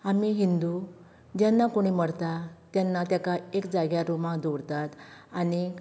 आमी हिंदू जेन्ना कोणी मरता तेन्ना ताका एक जाग्यार रुमान दवरतात आनीक